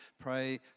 Pray